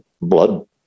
blood